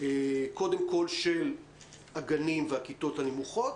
קודם כל של הגנים והכיתות הנמוכות.